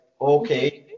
Okay